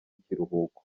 ikiruhuko